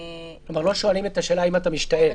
כלומר, לא שואלים את השאלה האם אתה משתעל.